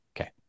Okay